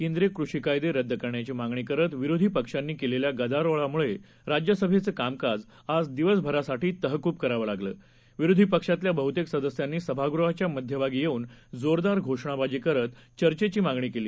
केंद्रीयकृषीकायदेरद्दकरण्याचीमागणीकरतविरोधीपक्षांनीकेलेल्यागदारोळामुळेराज्यसभेचं कामकाजआज दिवसभरासाठीतहकूबकरावं विरोधीपक्षातल्याबहुतेकसदस्यांनीसभागृहाच्यामध्यभागीयेऊनजोरदारघोषणाबाजीकरतचर्चेचीमागणीकेली